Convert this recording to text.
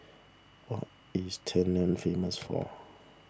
what is Tallinn famous for